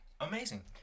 amazing